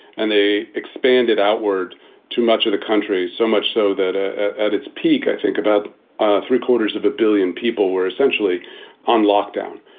and they expanded outward to much of the country, so much so that ah at its peak, i think about ah three quarters of a billion people were essentially on lockdown.